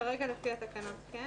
כרגע לפי התקנות כן,